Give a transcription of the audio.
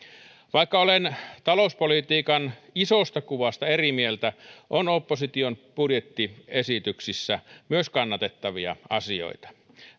vaikka olen talouspolitiikan isosta kuvasta eri mieltä on opposition budjettiesityksissä myös kannatettavia asioita